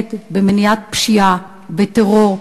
מצוינת במניעת פשיעה וטרור,